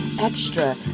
extra